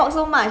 还有